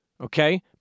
Okay